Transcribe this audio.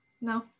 No